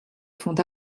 font